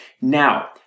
Now